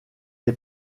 est